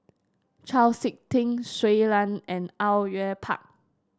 Chau SiK Ting Shui Lan and Au Yue Pak